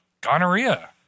gonorrhea